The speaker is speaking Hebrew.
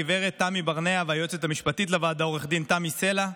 גב' תמי ברנע והיועצת המשפטית לוועדה עו"ד תמי סלע,